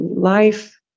Life